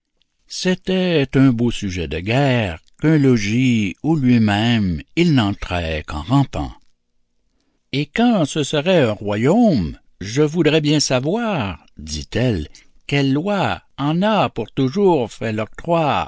c'était un beau sujet de guerre qu'un logis où lui-même il n'entrait qu'en rampant et quand ce serait un royaume je voudrais bien savoir dit-elle quelle loi en a pour toujours fait